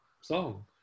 song